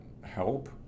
help